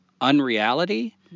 unreality